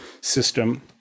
system